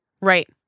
Right